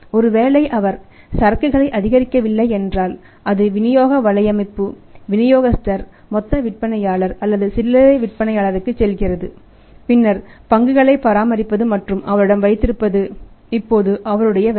ஒருவேளை அவர் சரக்குகளை அதிகரிக்கவில்லை என்றால் அது விநியோக வலையமைப்பு விநியோகஸ்தர் மொத்த விற்பனையாளர் அல்லது சில்லறை விற்பனையாளருக்குச் செல்கிறது பின்னர் பங்குகளை பராமரிப்பது மற்றும் அவரிடம் வைத்திருப்பது இப்போது அவருடைய வேலை